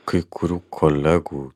kai kurių kolegų